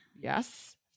Yes